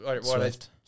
Swift